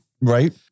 Right